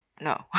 no